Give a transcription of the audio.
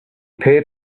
paid